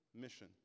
mission